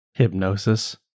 Hypnosis